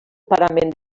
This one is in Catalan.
parament